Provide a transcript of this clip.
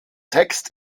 text